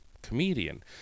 comedian